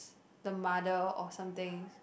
the mother or something